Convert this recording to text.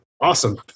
awesome